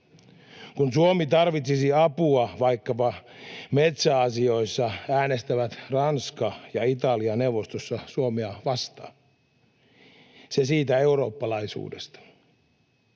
Kun Suomi tarvitsisi apua vaikkapa metsäasioissa, äänestävät Ranska ja Italia neuvostossa Suomea vastaan. Se siitä eurooppalaisuudesta.